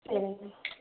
சரிங்க மேம்